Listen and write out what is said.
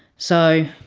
so